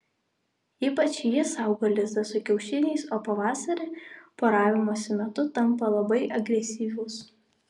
ypač jis saugo lizdą su kiaušiniais o pavasarį poravimosi metu tampa labai agresyvus